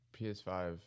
PS5